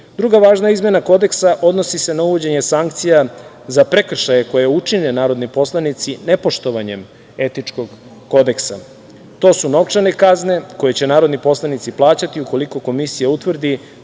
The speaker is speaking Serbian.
važna izmena Kodeksa odnosi se na uvođenje sankcija za prekršaje koje učine narodni poslanici nepoštovanjem etičkog kodeksa. To su novčane kazne koje će narodni poslanici plaćati ukoliko Komisija utvrdi